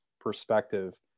perspective